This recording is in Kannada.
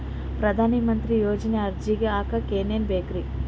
ಪ್ರಧಾನಮಂತ್ರಿ ಯೋಜನೆಗೆ ಅರ್ಜಿ ಹಾಕಕ್ ಏನೇನ್ ಬೇಕ್ರಿ?